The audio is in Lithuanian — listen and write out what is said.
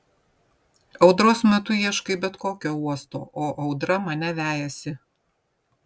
audros metu ieškai bet kokio uosto o audra mane vejasi